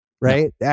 right